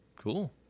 Cool